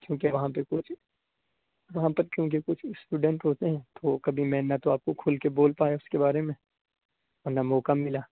چونکہ وہاں پہ وہاں پر کیونکہ کچھ اسٹوڈنٹ ہوتے ہیں تو کبھی میں نہ تو آپ کو کھل کے بول پایا اس کے بارے میں اور نہ موقع ملا